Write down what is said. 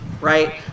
right